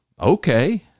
Okay